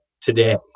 today